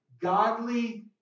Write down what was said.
godly